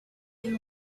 you